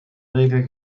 regel